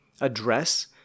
address